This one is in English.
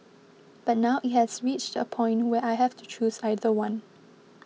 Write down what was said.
but now it has reached a point where I have to choose either one